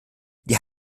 die